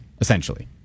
essentially